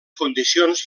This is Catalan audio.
condicions